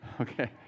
Okay